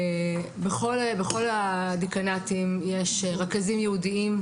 בכל הדיקנאטים יש רכזים ייעודיים,